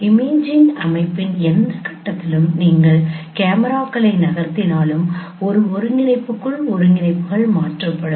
imaging அமைப்பின் எந்தக் கட்டத்திலும் நீங்கள் கேமராக்களை நகர்த்தினாலும் ஒரு ஒருங்கிணைப்புக்குள் ஒருங்கிணைப்புகள் மாறுபடும்